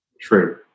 true